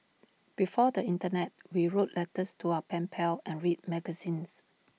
before the Internet we wrote letters to our pen pals and read magazines